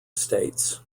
states